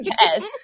Yes